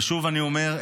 ושוב אני אומר,